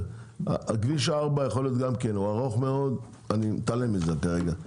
כביש 4 גם ארוך מאוד, ואני מתעלם מזה כרגע.